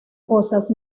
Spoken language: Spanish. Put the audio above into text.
cosas